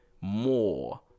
more